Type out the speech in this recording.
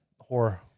Horror